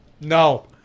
No